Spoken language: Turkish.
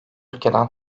ülkeden